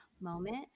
moment